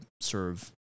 serve